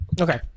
Okay